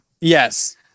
yes